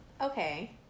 okay